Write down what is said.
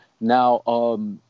now